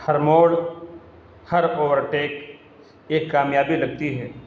ہر موڑ ہر overtake ایک کامیابی لگتی ہے